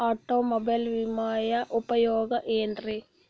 Automobile ವಿಮೆಯ ಉಪಯೋಗ ಏನ್ರೀ?